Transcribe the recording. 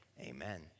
Amen